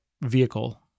vehicle